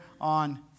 on